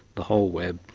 the whole web,